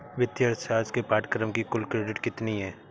वित्तीय अर्थशास्त्र के पाठ्यक्रम की कुल क्रेडिट कितनी है?